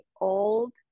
old